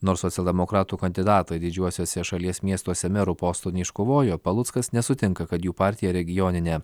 nors socialdemokratų kandidatai didžiuosiuose šalies miestuose merų postų neiškovojo paluckas nesutinka kad jų partija regioninė